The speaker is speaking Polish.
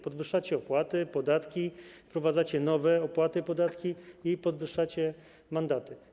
Podwyższacie opłaty, podatki, wprowadzacie nowe opłaty, podatki i podwyższacie mandaty.